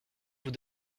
vous